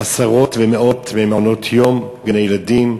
עשרות ומאות מעונות-יום, גני-ילדים,